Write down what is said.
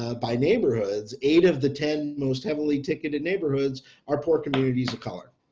ah by neighborhoods, eight of the ten most heavily ticket in neighborhoods are poor communities of color.